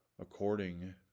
according